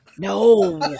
No